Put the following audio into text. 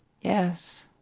Yes